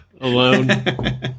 alone